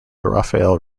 rafael